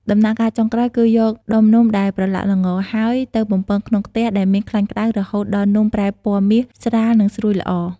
ដំណាក់កាលចុងក្រោយ គឺយកដុំនំដែលប្រឡាក់ល្ងរហើយ ទៅបំពងក្នុងខ្ទះដែលមានខ្លាញ់ក្តៅរហូតដល់នំប្រែពណ៌មាសស្រាល និងស្រួយល្អ។